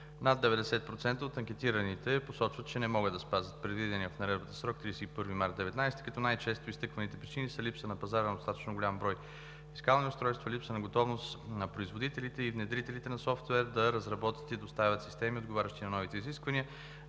Над 90% от анкетираните посочват, че не могат да спазят предвидения в Наредбата срок – 31 март 2019 г., като най-често изтъкваните причини са: липса на пазара на достатъчно голям брой фискални устройства; липса на готовност на производителите и внедрителите на софтуер да разработят и доставят системи, отговарящи на новите изисквания;